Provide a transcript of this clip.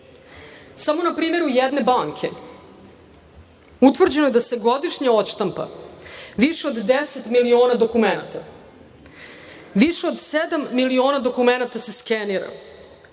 na primeru jedne banke utvrđeno je da se godišnje odštampa više od 10 miliona dokumenata. Više od sedam miliona dokumenata se skenira.